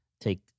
take